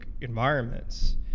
environments